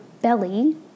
belly